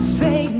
say